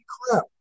crap